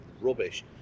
rubbish